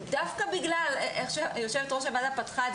דווקא בגלל הפתיחה של יושבת-ראש הוועדה,